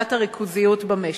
ועדת הריכוזיות במשק.